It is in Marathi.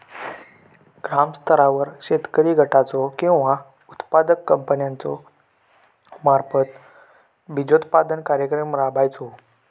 ग्रामस्तरावर शेतकरी गटाचो किंवा उत्पादक कंपन्याचो मार्फत बिजोत्पादन कार्यक्रम राबायचो?